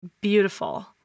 beautiful